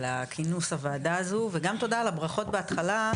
כינוס הוועדה הזו, וגם תודה על הברכות בהתחלה,